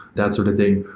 that sort of thing.